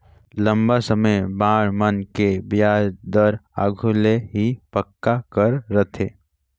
लंबा समे बांड मन के बियाज दर आघु ले ही पक्का कर रथें